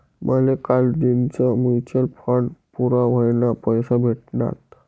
माले कालदीनच mutual fund पूरा व्हवाना पैसा भेटनात